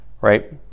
right